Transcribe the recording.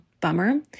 bummer